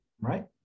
right